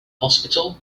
hospital